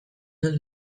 dut